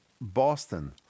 Boston